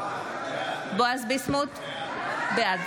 בעד